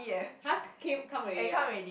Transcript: !huh! came come already ah